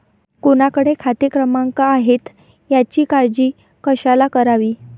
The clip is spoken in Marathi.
कोणाकडे खाते क्रमांक आहेत याची काळजी कशाला करावी